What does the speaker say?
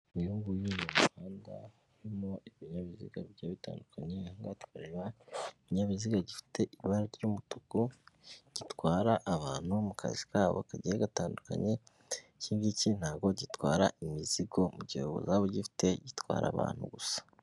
Uyu nguyu ni muhanda harimo ibinyabiziga bigiye bitandukanye, aha ngaha tukareba ikinyabiziga gifite ibara ry'umutuku, gitwara abantu mu kazi kabo kagiye gatandukanye, iki ngiki ntabwo gitwara imizigo mu gihe uzaba ugifite gitwara abantu gusa.